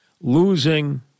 Losing